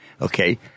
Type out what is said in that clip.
okay